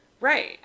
Right